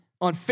on